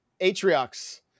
Atriox